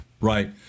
Right